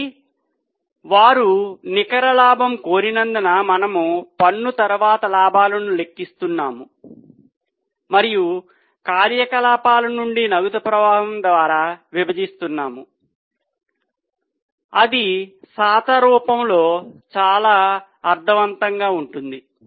కాబట్టి వారు నికర లాభం కోరినందున మనము పన్ను తరువాత లాభాలను లెక్కిస్తున్నాము మరియు కార్యకలాపాల నుండి నగదు ప్రవాహం ద్వారా విభజిస్తున్నాము అది శాతం రూపములో బాగా అర్థం అవుతుంది